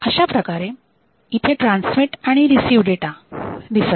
अशाप्रकारे इथे ट्रान्समिट आणि रिसीव डेटा दिसत आहे